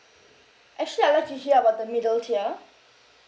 actually I'd like to hear about the middle tier